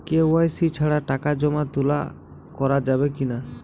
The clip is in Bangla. কে.ওয়াই.সি ছাড়া টাকা জমা তোলা করা যাবে কি না?